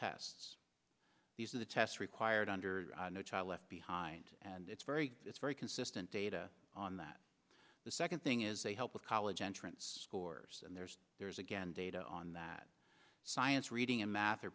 tests these are the tests required under no child left behind and it's very it's very consistent data on that the second thing is they help with college entrance course and there's there's again data on that science reading and math